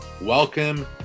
Welcome